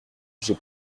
j’ai